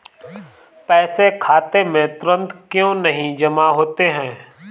पैसे खाते में तुरंत क्यो नहीं जमा होते हैं?